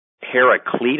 Heraclitus